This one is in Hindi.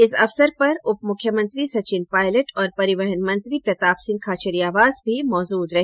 इस अवसर पर उप मुख्यमंत्री सचिन पायलट और परिवहन मंत्री प्रतापसिंह खाचरियावास भी मौजूद रहे